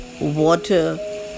water